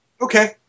Okay